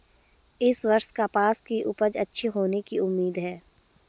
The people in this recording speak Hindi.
इस वर्ष कपास की उपज अच्छी होने की उम्मीद है